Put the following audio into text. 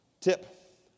Tip